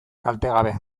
kaltegabe